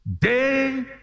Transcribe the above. Day